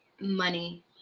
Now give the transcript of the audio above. money